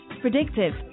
Predictive